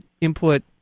input